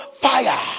fire